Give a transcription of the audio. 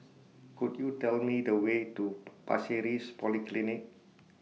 Could YOU Tell Me The Way to Pasir Ris Polyclinic